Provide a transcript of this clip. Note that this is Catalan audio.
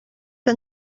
que